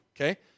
okay